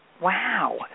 Wow